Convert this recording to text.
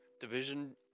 Division